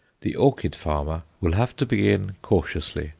the orchid-farmer will have to begin cautiously,